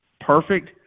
perfect